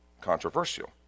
controversial